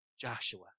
Joshua